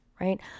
right